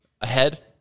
ahead